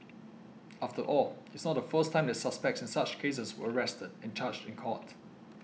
after all it's not the first time that suspects in such cases were arrested and charged in court